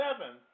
seven